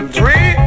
Three